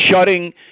shutting